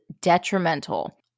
detrimental